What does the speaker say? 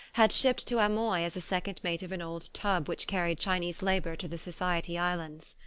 had shipped to amoy as second mate of an old tub which carried chinese labour to the society islands.